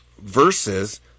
versus